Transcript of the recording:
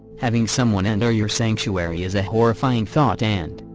having someone enter your sanctuary is a horrifying thought and,